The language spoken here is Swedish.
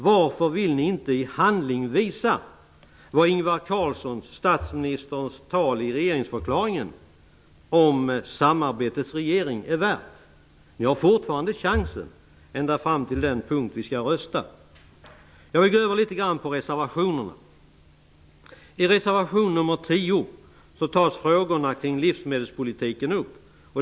Varför vill ni inte i handling visa vad statsminister Ingvar Carlssons tal om samarbetets regering i regeringsförklaringen är värt? Ni har fortfarande chansen när vi skall rösta. Jag vill gå över litet grand på reservationerna. I reservation nr 10 tas frågorna kring livsmedelspolitiken upp.